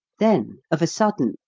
then, of a sudden,